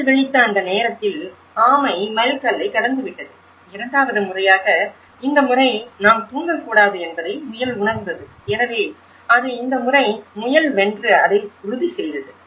முயல் விழித்த அந்த நேரத்தில் ஆமை மைல்கல்லைக் கடந்துவிட்டது இரண்டாவது முறையாக இந்த முறை நான் தூங்கக்கூடாது என்பதை முயல் உணர்ந்தது எனவே அது இந்த முறை முயல் வென்று அதை உறுதிசெய்தது